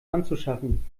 anzuschaffen